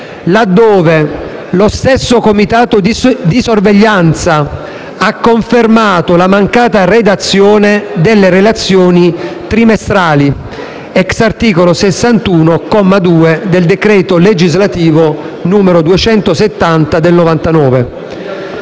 laddove lo stesso comitato di sorveglianza ha confermato la mancata redazione delle relazioni trimestrali *ex* articolo 61, comma 2, del decreto legislativo n. 270 del 1999,